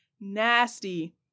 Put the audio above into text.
nasty